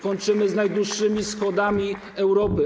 Kończymy z najdłuższymi schodami Europy.